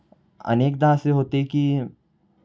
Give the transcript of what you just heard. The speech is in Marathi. अनेकदा असे होते की